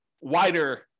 wider